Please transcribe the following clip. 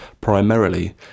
primarily